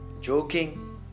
joking